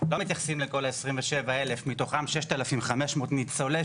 לא מתייחסים לכל ה-27,000 מתוכם 6,500 ניצולי